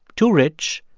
too rich,